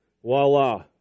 Voila